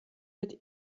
mit